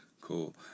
Cool